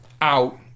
out